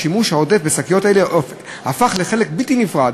השימוש העודף בשקיות אלה הפך לחלק בלתי נפרד